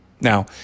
Now